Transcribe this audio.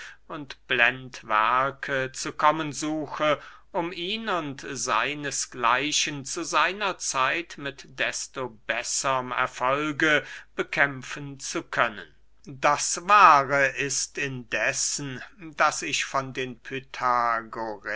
und blendwerke zu kommen suche um ihn und seinesgleichen zu seiner zeit mit desto besserm erfolge bekämpfen zu können das wahre ist indessen daß ich von den